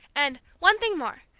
and one thing more!